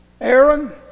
Aaron